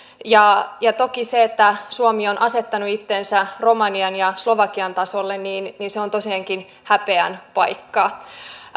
ja ja toki se että suomi on asettanut itsensä romanian ja slovakian tasolle on tosiaankin häpeän paikka